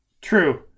true